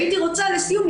לסיום,